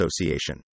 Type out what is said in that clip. Association